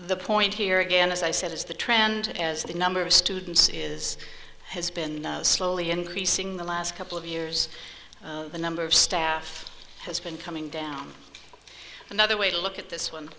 the point here again as i said is the trend as the number of students is has been slowly increasing the last couple of years the number of staff has been coming down another way to look at this one